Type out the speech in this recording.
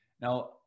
Now